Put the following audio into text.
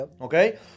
okay